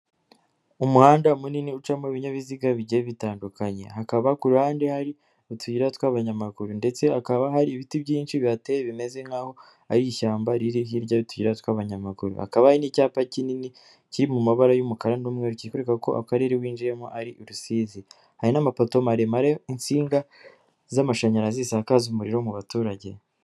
Umuhanda munini ucamo ibinyabiziga bigiye bitandukanye hakaba ku ruhande hari utuyira tw'abanyamaguru , ndetse hakaba hari ibiti byinshi biteye bimeze nk'aho ari ishyamba riri hirya'utu tw'abanyamaguru, hakaba n'icyapa kinini kiri mu mabara y'umukara n'umwerureka ko akarere winjiyemo ari rusizi hari n'amapoto maremare insinga z'amashanyarazi zi zakaza umuriro mu baturage.